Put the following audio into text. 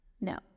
No